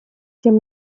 тем